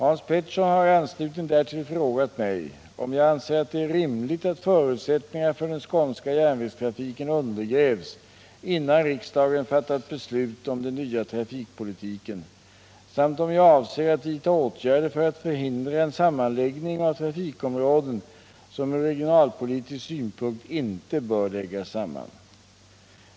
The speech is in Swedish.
Hans Petersson har i anslutning därtill frågat mig om jag anser att det är rimligt att förutsättningarna för den skånska järnvägstrafiken undergrävs innan riksdagen fattat beslut om den nya trafikpolitiken samt om jag avser att vidta åtgärder för att förhindra en sammanläggning av trafikområden som ur regionalpolitisk synpunkt inte bör läggas samman.